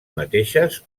mateixes